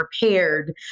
prepared